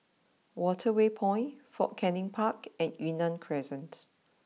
Waterway Point Fort Canning Park and Yunnan Crescent